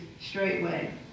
straightway